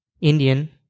Indian